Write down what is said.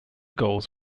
goals